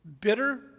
bitter